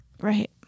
Right